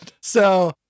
So-